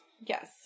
Yes